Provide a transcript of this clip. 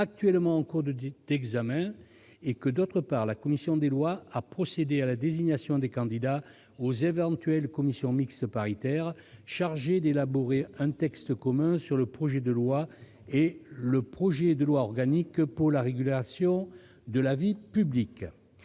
de loi en cours d'examen, et que, d'autre part, la commission des lois a procédé à la désignation des candidats aux éventuelles commissions mixtes paritaires chargées d'élaborer un texte commun sur le projet de loi et le projet de loi organique pour la régulation de la vie publique.